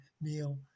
meal